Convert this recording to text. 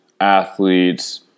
athletes